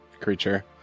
creature